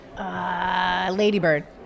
Ladybird